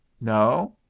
No